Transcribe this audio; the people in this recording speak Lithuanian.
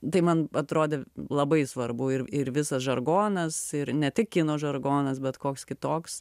tai man atrodė labai svarbu ir ir visas žargonas ir ne tik kino žargonas bet koks kitoks